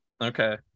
Okay